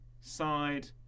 side